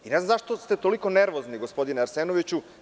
Ne znam zašto ste toliko nervozni, gospodine Arsenoviću.